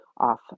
off